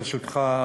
ברשותך,